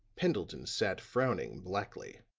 pendleton sat frowning blackly.